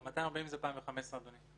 240 זה ב-2015, אדוני.